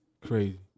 Crazy